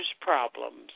problems